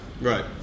right